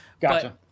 Gotcha